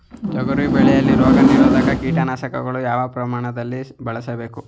ತೊಗರಿ ಬೆಳೆಯಲ್ಲಿ ರೋಗನಿರೋಧ ಕೀಟನಾಶಕಗಳನ್ನು ಯಾವ ಪ್ರಮಾಣದಲ್ಲಿ ಬಳಸಬೇಕು?